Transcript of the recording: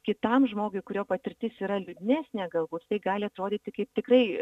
kitam žmogui kurio patirtis yra liūdnesnė galbūt tai gali atrodyti kaip tikrai